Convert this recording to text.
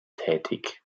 tätig